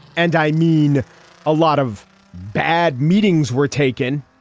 and i mean a lot of bad meetings were taken.